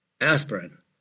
aspirin